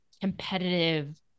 competitive